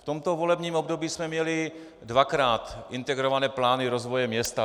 V tomto volebním období jsme měli dvakrát integrované plány rozvoje města.